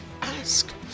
Ask